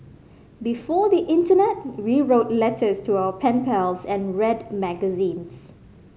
before the internet we wrote letters to our pen pals and read magazines